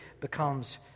becomes